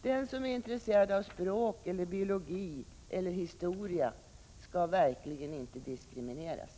Den som är intresserad av språk, biologi eller historia skall verkligen inte diskrimineras.